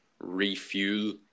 refuel